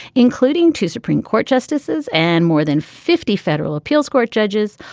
including two supreme court justices and more than fifty federal appeals court judges,